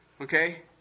Okay